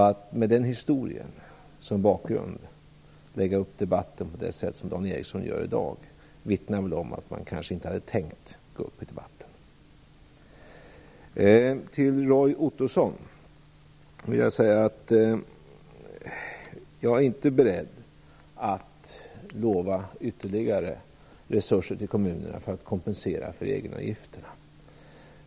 Att med den historien som bakgrund lägga upp debatten på det sätt som Dan Ericsson gör i dag vittnar om att han kanske inte hade tänkt gå upp i debatten. Till Roy Ottosson vill jag säga att jag inte är beredd att lova ytterligare resurser till kommunerna för att kompensera för egenavgifterna.